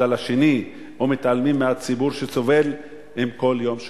על השני ומתעלמים מהציבור שסובל עם כל יום שעובר.